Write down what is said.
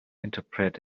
interpret